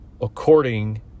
according